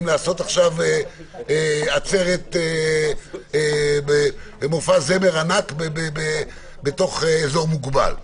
לעשות עכשיו עצרת למופע זמר ענק בתוך אזור מוגבל,